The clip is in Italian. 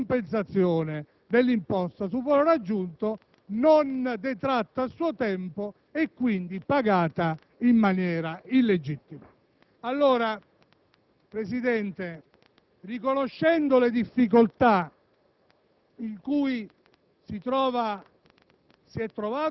delle norme relative alla detrazione e alla compensazione dell'imposta sul valore aggiunto non detratta a suo tempo e quindi pagata in maniera illegittima. Signor Presidente, riconoscendo le difficoltà